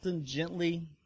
gently